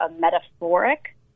metaphoric